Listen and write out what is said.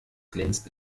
glänzt